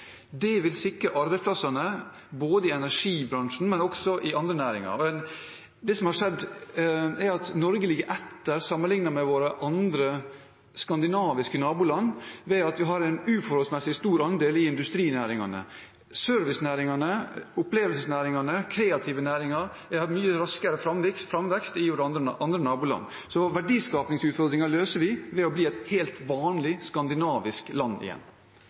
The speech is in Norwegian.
Det vil sikre arbeidsplassene både i energibransjen og i andre næringer. Det som har skjedd, er at Norge ligger etter sammenlignet med våre skandinaviske naboland ved at vi har en uforholdsmessig stor andel i industrinæringene. Servicenæringene, opplevelsesnæringene og de kreative næringene har hatt en mye raskere framvekst i våre naboland. Så verdiskapingsutfordringen løser vi ved å bli et helt vanlig skandinavisk land igjen.